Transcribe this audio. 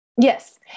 Yes